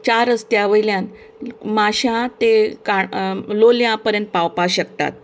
चार रस्त्या वयल्यान माश्यां तें लोयलां पर्यंत पावपाक शकता